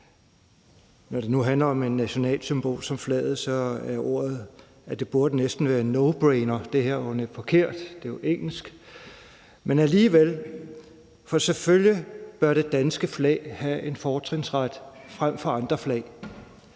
Når det nu handler om et nationalsymbol som flaget, er ordet, at det næsten burde være en nobrainer. Men det var forkert, for det var engelsk. Men alligevel, for selvfølgelig bør det danske flag have en fortrinsret frem for andre flag,